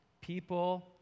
People